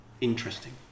interesting